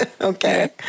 Okay